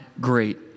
great